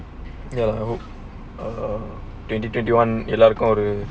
ya lah I hope err twenty twenty one eleven all the